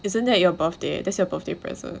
isn't that your birthday that's your birthday present